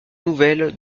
nouvelle